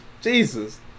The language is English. Jesus